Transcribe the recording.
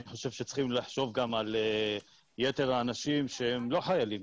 אני חושב שצריכים לחשוב גם על יתר האנשים שהם לא חיילים,